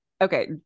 okay